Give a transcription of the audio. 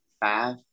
five